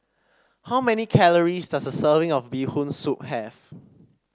how many calories does a serving of Bee Hoon Soup have